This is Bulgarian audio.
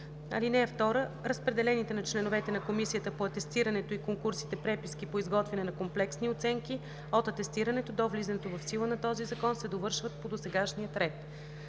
ред. (2) Разпределените на членовете на Комисията по атестирането и конкурсите преписки по изготвяне на комплексни оценки от атестирането до влизането в сила на този закон се довършват по досегашния ред.“